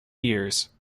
years